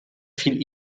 viel